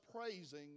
praising